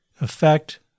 effect